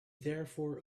therefore